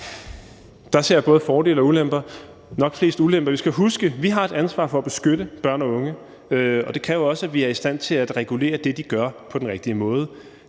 Der ser jeg både fordele og ulemper, nok flest ulemper. Vi skal huske, at vi har et ansvar for at beskytte børn og unge, og det kræver også, at vi er i stand til at regulere det, de gør, på den rigtige måde.